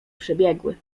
przebiegły